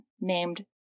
named